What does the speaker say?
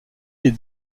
des